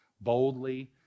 boldly